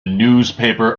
newspaper